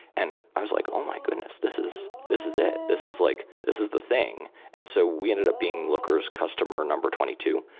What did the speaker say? and i was like, oh, my goodness. this is this is it. this is like this is the thing. and so we ended up being looker s customer number twenty two.